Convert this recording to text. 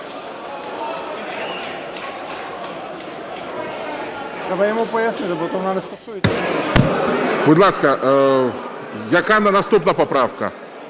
Будь ласка, яка наступна правка?